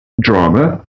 drama